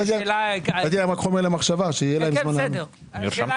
קודם השאלה